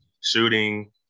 shooting